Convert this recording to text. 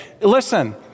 Listen